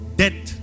death